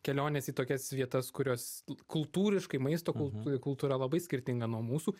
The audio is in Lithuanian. kelionės į tokias vietas kurios kultūriškai maisto kultūra labai skirtinga nuo mūsų